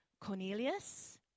Cornelius